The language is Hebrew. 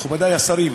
מכובדי השרים,